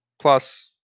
Plus